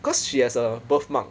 'cause she has a birth mark